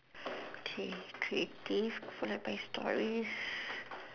okay creative followed by stories